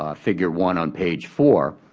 ah figure one on page four,